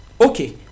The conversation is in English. Okay